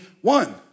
one